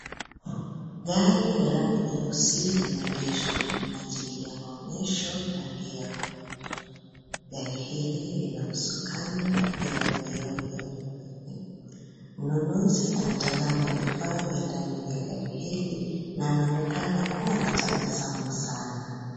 Gari la rangi nyeusi limeegeshwa kwa minajili ya maonyesho na pia kuuzwa. Gari la kuuza .Gari hili lina usukani na pia vioo vya pembeni. Mnunuzi anatazama vifaa vya ndani vya gari hili na anaonekana kuwa na tabasamu sana.